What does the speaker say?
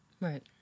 Right